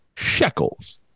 Shekels